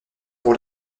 pour